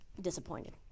disappointed